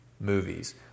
movies